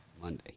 Monday